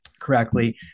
correctly